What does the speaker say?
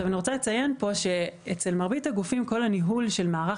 אני רוצה לציין כאן שאצל מרבית הגופים כל הניהול של מערך